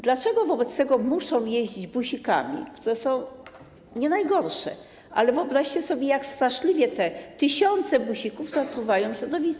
Dlaczego wobec tego muszą jeździć busikami, które są nie najgorsze, ale wyobraźcie sobie, jak straszliwie te tysiące busików zatruwają środowisko?